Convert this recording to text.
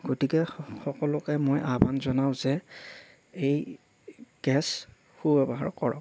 গতিকে সকলোকে মই আহ্বান জনাওঁ যে এই গেছ সু ব্যৱহাৰ কৰক